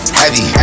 heavy